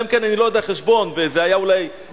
אלא אם כן אני לא יודע חשבון ואולי 1964